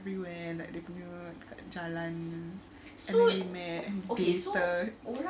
everywhere like dia punya dekat jalan and they met and they dated